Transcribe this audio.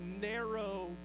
narrow